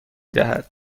دهد